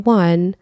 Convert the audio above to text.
one